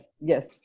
Yes